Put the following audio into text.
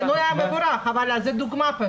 השינוי היה מבורך, אבל זאת פשוט דוגמה.